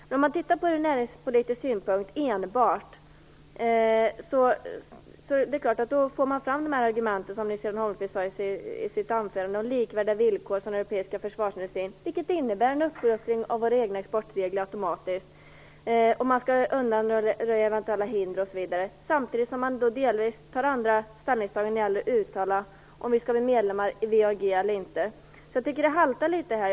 Men om man tittar på det här ur en enbart näringspolitisk synvinkel får man förstås fram de argument om likvärdiga villkor med den europeiska försvarsindustrin som Nils-Göran Holmqvist tog upp i sitt anförande, och det innebär automatiskt en uppluckring av våra exportregler. Man skall också undanröja eventuella hinder osv., samtidigt som man delvis gör andra ställningstaganden när det gäller att uttala om vi skall bli medlemmar i WEAG eller inte. Jag tycker att det här haltar litet.